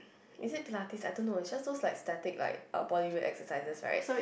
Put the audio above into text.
is it Pilates I don't know is just those like static like uh body weight exercises right